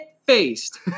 Faced